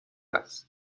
است